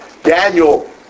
Daniel